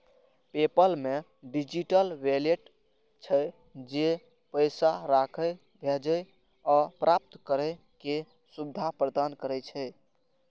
PayPal मे digital wallet छै, जे पैसा राखै, भेजै आ प्राप्त करै के सुविधा प्रदान करै छै